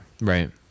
right